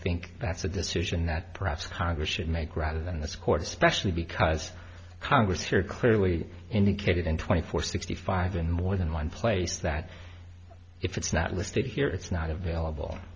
think that's a decision that perhaps congress should make rather than this court especially because congress here clearly indicated in twenty four sixty five in more than one place that if it's not listed here it's not available